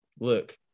look